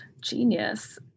genius